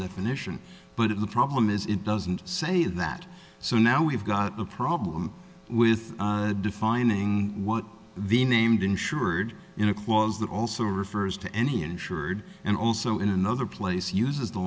definition but if the problem is it doesn't say that so now we've got a problem with defining what the named insured in a clause that also refers to any insured and also in another place uses the